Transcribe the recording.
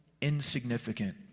insignificant